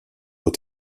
eaux